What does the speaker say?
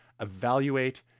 evaluate